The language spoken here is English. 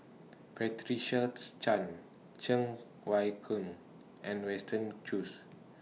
Patricia's Chan Cheng Wai Keung and Winston Choos